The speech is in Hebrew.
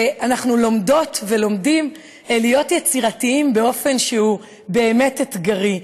ואנחנו לומדות ולומדים להיות יצירתיים באופן שהוא באמת אתגרי.